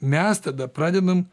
mes tada pradedam